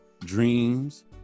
dreams